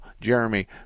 Jeremy